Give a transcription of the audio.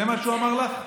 זה מה שהוא אמר לך?